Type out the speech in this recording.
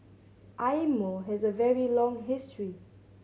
Eye Mo has a very long history